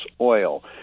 oil